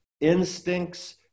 Instincts